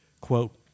Quote